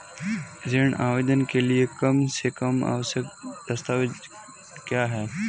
ऋण आवेदन के लिए कम से कम आवश्यक दस्तावेज़ क्या हैं?